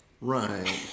Right